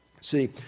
See